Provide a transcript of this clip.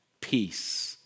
peace